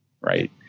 right